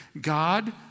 God